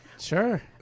Sure